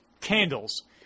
candles